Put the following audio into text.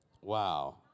wow